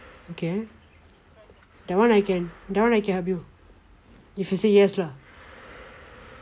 okay that one I can that one I can help you if you say yes lah